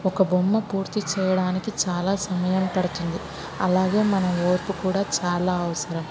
ఒక బొమ్మ పూర్తి చెయ్యడానికి చాలా సమయం పడుతుంది అలాగే మన ఓర్పు కూడా చాలా అవసరం